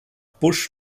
bush